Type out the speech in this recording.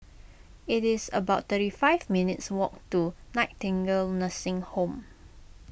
it is about thirty five minutes' walk to Nightingale Nursing Home